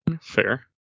Fair